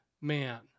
man